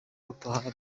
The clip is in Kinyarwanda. utaha